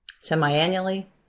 semi-annually